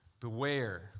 Beware